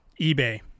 eBay